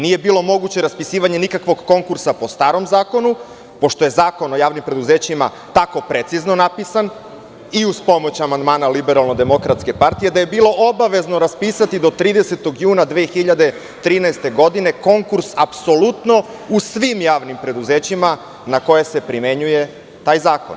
Nije bilo moguće raspisivanje nikakvog konkursa po starom zakonu, pošto je Zakon o javnim preduzećima tako precizno napisan, i uz pomoć amandmana LDP, da je bilo obavezno raspisati do 30. juna 2013. godine, konkurs apsolutno u svim javnim preduzećima na koje se primenjuje taj zakon.